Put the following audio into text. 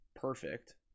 perfect